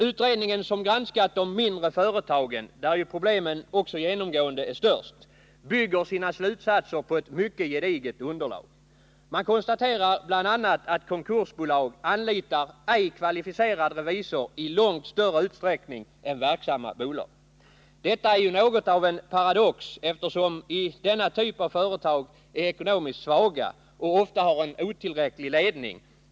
Utredningen, som har granskat de mindre företagen, där ju problemen också genomgående är störst, bygger sina slutsatser på ett mycket gediget underlag. Man konstaterar bl.a. att konkursbolag anlitar ej kvalificerad revisor i långt större utsträckning än verksamma bolag. Detta är något av en paradox, eftersom denna typ av företag är ekonomiskt svaga och ofta har en otillräcklig ledning.